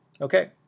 Okay